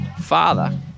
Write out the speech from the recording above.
Father